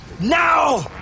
now